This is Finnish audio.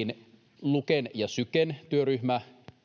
että Luken ja Syken työryhmä